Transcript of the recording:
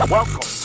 Welcome